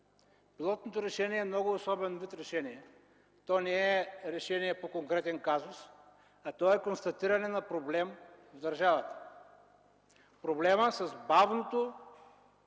Пилотното решение е особен вид решение. То не е решение по конкретен казус, а констатиране на проблем в държавата – проблемът с бавното